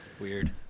Weird